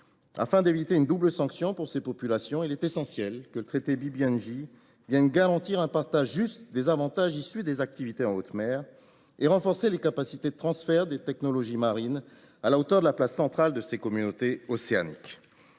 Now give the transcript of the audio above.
Afin d’éviter une double sanction pour ces populations, il est essentiel que le traité BBNJ vienne garantir un partage juste des avantages issus des activités en haute mer et renforcer les capacités de transfert des technologies marines à la hauteur de la place centrale de ces communautés océaniques.